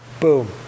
Boom